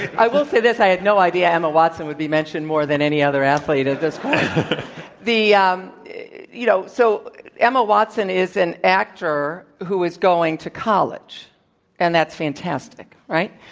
i will say this, i had no idea emma watson would be mentioned more than any other athlete at this the um you know, so emma watson is an actor who is going to college and that's fantastic, right?